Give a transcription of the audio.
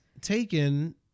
taken